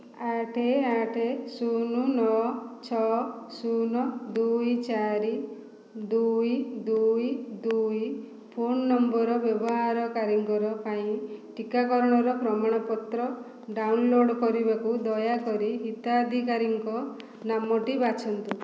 ଆଠ ଆଠ ଶୂନ ନଅ ଛଅ ଶୂନ ଦୁଇ ଚାରି ଦୁଇ ଦୁଇ ଦୁଇ ଫୋନ୍ ନମ୍ବର ବ୍ୟବହାରକାରୀଙ୍କର ପାଇଁ ଟିକାକରଣର ପ୍ରମାଣପତ୍ର ଡାଉନଲୋଡ୍ କରିବାକୁ ଦୟାକରି ହିତାଧିକାରୀଙ୍କ ନାମଟି ବାଛନ୍ତୁ